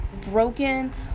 broken